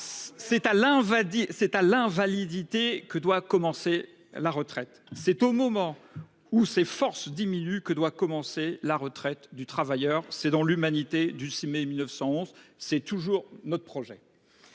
C'est à l'invalidité que doit commencer la retraite. C'est au moment où ses forces diminuent que doit commencer la retraite du travailleur. » Tel est toujours notre projet.